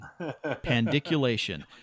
Pandiculation